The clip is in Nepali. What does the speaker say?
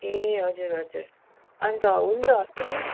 ए हजुर हजुर अन्त हुन्छ